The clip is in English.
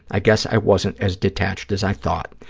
i guess i wasn't as detached as i thought.